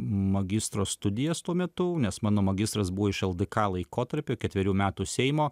magistro studijas tuo metu nes mano magistras buvo iš ldk laikotarpio ketverių metų seimo